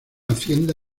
hacienda